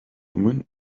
women